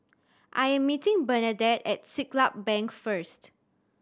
I am meeting Bernadette at Siglap Bank first